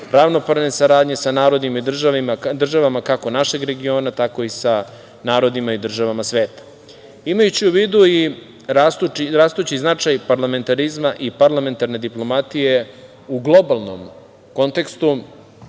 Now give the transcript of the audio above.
ravnopravne saradnje sa narodima i državama, kako našeg regiona, tako i sa narodima i državama sveta. Imajući u vidu i rastući značaj parlamentarizma i parlamentarne diplomatije u globalnom kontekstu,